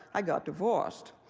i got divorced.